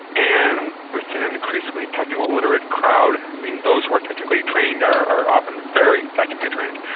and with an increasingly techno-literate crowd, i mean those who are technically trained are are often very technically trained,